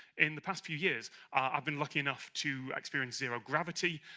in the past few years i've been lucky enough to experience zero gravity.